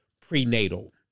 prenatal